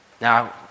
Now